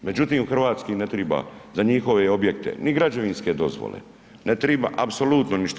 Međutim, hrvatski ne treba za njihove objekte ni građevinske dozvole, ne treba apsolutno ništa.